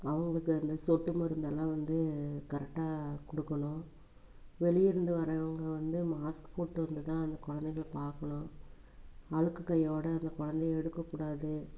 அவங்களுக்கு அந்த சொட்டு மருந்து எல்லாம் வந்து கரெக்டாக கொடுக்கணும் வெளியே இருந்து வர்றவங்க வந்து மாஸ்க் போட்டு வந்து தான் அந்த குழந்தைங்களை பார்க்கணும் அழுக்கு கையோடு அந்த குழந்தைய எடுக்கக் கூடாது